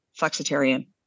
flexitarian